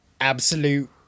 absolute